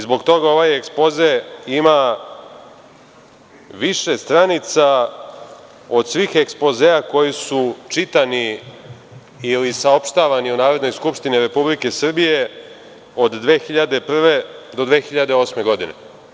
Zbog toga ovaj ekspoze ima više stranica od svih ekspozea koji su čitani ili saopštavani u Narodnoj skupštini Republike Srbije od 2001. do 2008. godine.